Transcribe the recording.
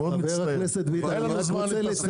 אין לנו זמן.